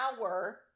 hour